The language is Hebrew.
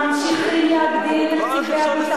על הדיווח שלכם על מובארק במיטה,